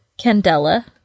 Candela